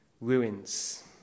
ruins